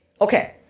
Okay